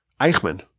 Eichmann